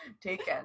taken